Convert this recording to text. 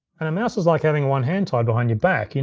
and a mouse is like having one hand tied behind your back, and